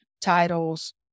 titles